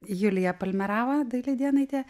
julija palmerava dailidėnaitė